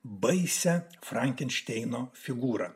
baisią frankenšteino figūrą